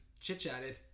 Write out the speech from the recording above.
Chit-chatted